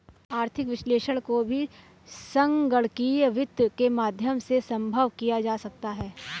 आर्थिक विश्लेषण को भी संगणकीय वित्त के माध्यम से सम्भव किया जा सकता है